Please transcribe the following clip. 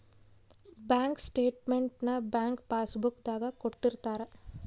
bank statement ನ bank passbook ದಾಗ ಕೊಟ್ಟಿರ್ತಾರ